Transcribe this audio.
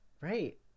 right